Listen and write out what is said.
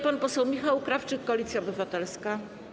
Pan poseł Michał Krawczyk, Koalicja Obywatelska.